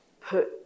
put